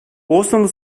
bosnalı